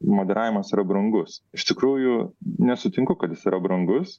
moderavimas yra brangus iš tikrųjų nesutinku kad jis yra brangus